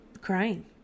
crying